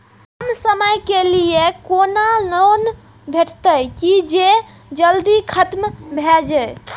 कम समय के लीये कोनो लोन भेटतै की जे जल्दी खत्म भे जे?